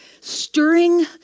stirring